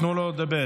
תנו לו לדבר.